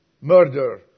murder